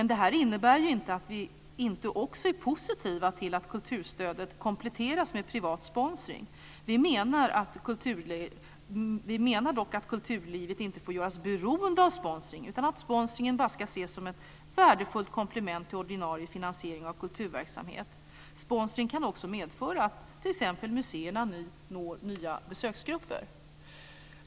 Detta innebär inte att vi inte också är positiva till att kulturstödet kompletteras med privat sponsring. Vi menar dock att kulturlivet inte får göras beroende av sponsring utan att sponsringen bara ska ses som ett värdefullt komplement till ordinarie finansiering av kulturverksamhet. Sponsring kan också medföra att t.ex. museerna når nya besöksgrupper.